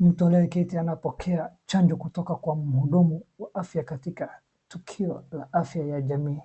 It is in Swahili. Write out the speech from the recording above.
Mtu anayeketi anapokea chanjo kutoka kwa mhudumu wa afya katika tukio ya afya ya jamii